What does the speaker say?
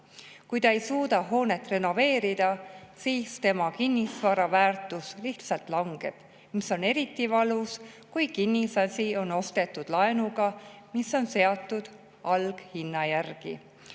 Kui ta ei suuda hoonet renoveerida, siis tema kinnisvara väärtus lihtsalt langeb, mis on eriti valus, kui kinnisasi on ostetud laenuga, mis on seatud alghinna järgi.